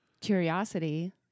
curiosity